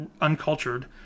uncultured